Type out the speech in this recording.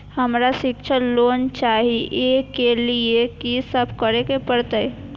हमरा शिक्षा लोन चाही ऐ के लिए की सब करे परतै?